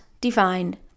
defined